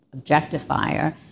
objectifier